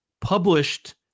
published